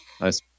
Nice